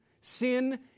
sin